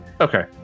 Okay